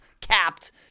capped